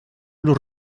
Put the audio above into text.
los